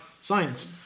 science